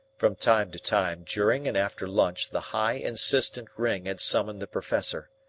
from time to time during and after lunch the high, insistent ring had summoned the professor.